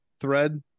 thread